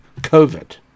COVID